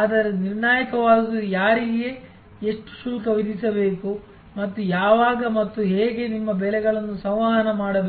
ಆದರೆ ನಿರ್ಣಾಯಕವಾದುದು ಯಾರಿಗೆ ಎಷ್ಟು ಶುಲ್ಕ ವಿಧಿಸಬೇಕು ಮತ್ತು ಯಾವಾಗ ಮತ್ತು ಹೇಗೆ ನಿಮ್ಮ ಬೆಲೆಗಳನ್ನು ಸಂವಹನ ಮಾಡಬೇಕು